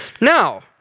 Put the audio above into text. Now